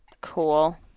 Cool